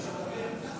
מכיוון שחברי